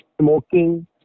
smoking